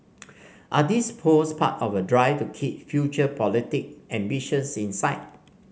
are these posts part of a drive to keep future political ambitions in sight